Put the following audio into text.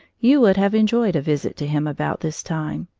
you would have enjoyed a visit to him about this time.